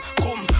come